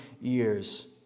years